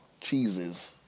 cheeses